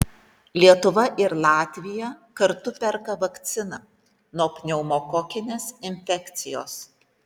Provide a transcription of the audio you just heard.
lietuva ir latvija kartu perka vakciną nuo pneumokokinės infekcijos